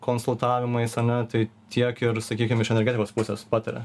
konsultavimais ane tai tiek ir sakykim iš energetikos pusės pataria